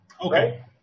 Okay